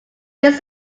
this